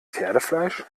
pferdefleisch